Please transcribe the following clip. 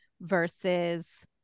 versus